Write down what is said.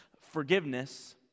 Forgiveness